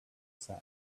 sax